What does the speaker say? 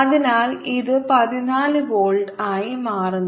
അതിനാൽ ഇത് 14 വോൾട്ട് ആയി മാറുന്നു